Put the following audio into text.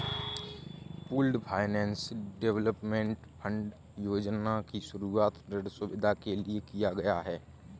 pooled finance development fund योजना की शुरूआत ऋण सुविधा के लिए किया गया है